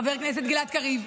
חבר הכנסת גלעד קריב,